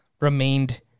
remained